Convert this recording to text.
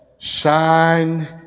shine